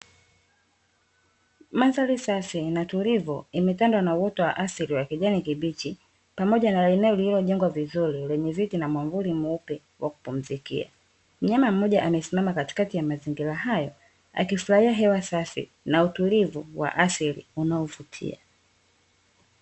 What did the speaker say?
Mandhari safi na tulivu imetandwa na uoto wa asili wa kijani kibichi pamoja na eneo lililojengwa vizuri lenye viti na mwamvuli mweupe wa kupumzikia , mnyama mmoja amesimama katikati ya mazingira hayo akifurahia hewa safi na utulivu wa asili unaovutia.